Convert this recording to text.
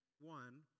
One